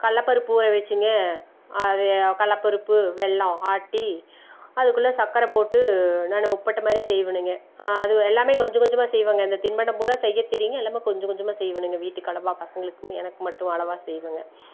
கடலப்பருப்பு ஊற வச்சிங்க அது கடலப்பருப்பு வெல்லம் ஆட்டி அதுக்குள்ள சக்கரை போட்டு நான் உப்பட்டமாதிரி செய்வேனுங்க அது எல்லாமே கொஞ்சம் கொஞ்சமாக செய்வேங்க இந்த தின்பண்டம் பூராக செய்யத்தெரியுங்க எல்லாமே கொஞ்சம் கொஞ்சமாக செய்வேனுங்க வீட்டுக்கு அளவாக பசங்களுக்கும் எனக்கு மட்டும் அளவாக செய்வேங்க